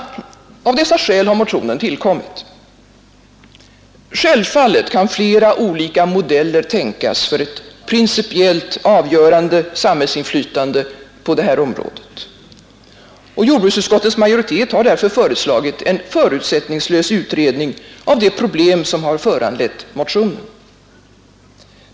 Av detta skäl har motionen tillkommit. Självfallet kan flera olika modeller tänkas för ett principiellt avgörande samhällsinflytande på detta område, och jordbruksutskottets majoritet har därför föreslagit en förutsättningslös utredning av det problem som har föranlett motionen.